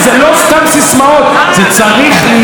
זה לא סתם סיסמאות, זה צריך להיות